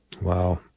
Wow